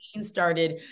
started